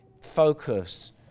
focus